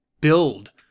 build